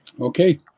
Okay